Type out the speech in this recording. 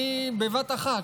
אני בבת אחת,